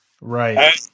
Right